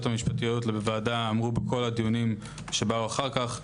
המשפטיות לוועדה אמרו בכל הדיונים שבאו אחר כך,